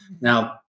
Now